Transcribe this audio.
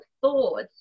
thoughts